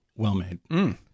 well-made